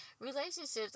Relationships